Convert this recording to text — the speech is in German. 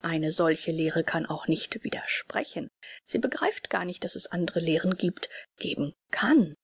eine solche lehre kann auch nicht widersprechen sie begreift gar nicht daß es andre lehren giebt geben kann